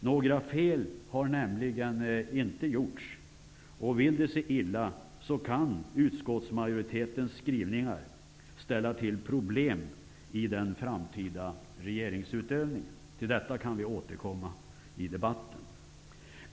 Några fel har nämligen inte gjorts, och vill det sig illa kan utskottsmajoritetens skrivningar ställa till problem i den framtida regeringsutövningen. Till detta kan vi återkomma i debatten.